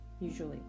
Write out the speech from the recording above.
usually